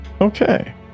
Okay